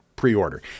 pre-order